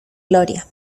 gloria